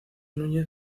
núñez